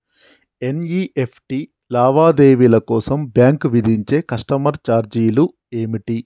NEFT లావాదేవీల కోసం bank విధించే కస్టమర్ ఛార్జీలు ఏమిటి?